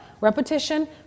Repetition